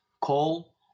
coal